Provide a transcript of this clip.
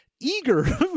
eager